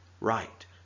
right